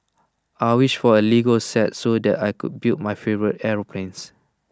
I wished for A Lego set so that I can build my favourite aeroplanes